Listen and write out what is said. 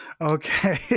Okay